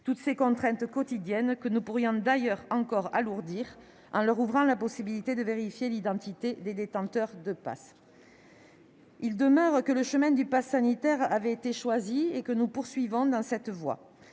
toutes ces contraintes quotidiennes, que nous pourrions d'ailleurs encore alourdir en leur ouvrant la possibilité de vérifier l'identité des détenteurs de passe. Il demeure que le chemin du passe sanitaire a été choisi et que nous poursuivons dans cette voie.